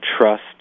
trust